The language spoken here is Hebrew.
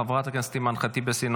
חברת הכנסת אימאן ח'טיב יאסין,